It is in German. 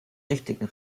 richtigen